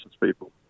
people